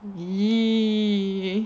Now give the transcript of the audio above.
e~